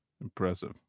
Impressive